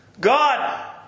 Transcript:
God